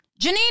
Janine